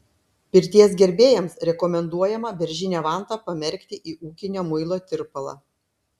pirties gerbėjams rekomenduojama beržinę vantą pamerkti į ūkinio muilo tirpalą